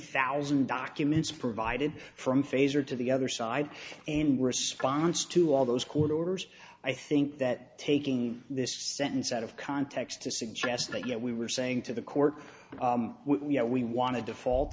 thousand documents provided from fazer to the other side in response to all those court orders i think that taking this sentence out of context to suggest that you know we were saying to the court we want to default